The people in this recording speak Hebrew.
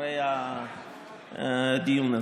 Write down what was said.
אחרי הדיון הזה.